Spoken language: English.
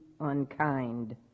unkind